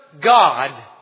God